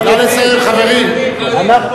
חרדים, חבר הכנסת בילסקי, בבקשה, נא לסיים.